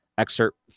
Excerpt